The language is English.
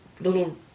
little